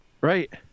right